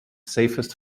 safest